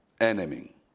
enemy